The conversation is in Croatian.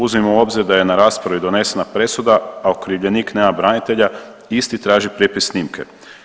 Uzmimo u obzir da je na raspravi donesena presuda, a okrivljenik nema branitelja isti traži prijepis snimke.